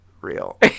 Real